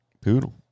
poodle